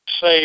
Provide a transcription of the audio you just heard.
say